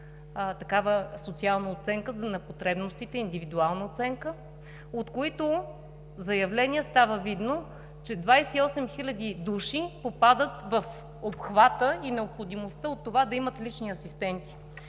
на социална оценка за потребностите – индивидуална оценка, от които заявления става видно, че 28 хиляди души попадат в обхвата и необходимостта от това да имат лични асистенти.